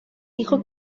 dijo